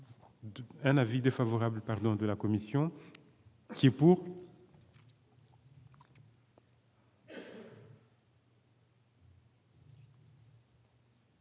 un avis défavorable de la commission qui est pour.